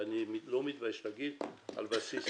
ואני לא מתבייש להגיד שזה על בסיס